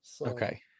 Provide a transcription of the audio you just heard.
Okay